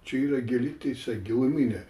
čia yra gili tiesa giluminė